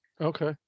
Okay